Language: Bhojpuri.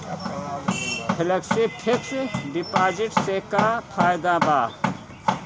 फेलेक्सी फिक्स डिपाँजिट से का फायदा भा?